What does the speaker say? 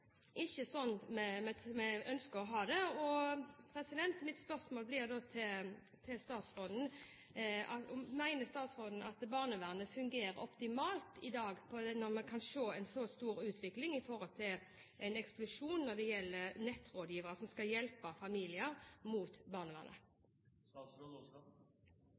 ikke sånn vi ønsker å ha det. Mitt spørsmål til statsråden blir da: Mener statsråden at barnevernet fungerer optimalt i dag når vi ser en så stor og eksplosiv utvikling når det gjelder nettrådgivere som skal hjelpe familier mot